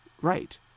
right